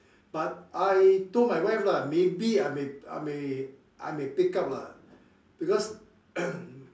but I told my wife lah maybe I may I may I may pick up lah because